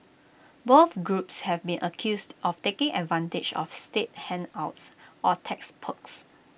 both groups have been accused of taking advantage of state handouts or tax perks